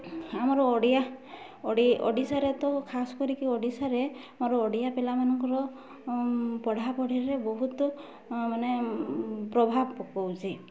ଆମର ଓଡ଼ିଆ ଓଡ଼ିଶାରେ ତ ଖାସ୍ କରିକି ଓଡ଼ିଶାରେ ଆମର ଓଡ଼ିଆ ପିଲାମାନଙ୍କର ପଢ଼ାପଢ଼ିରେ ବହୁତ ମାନେ ପ୍ରଭାବ ପକାଉଛି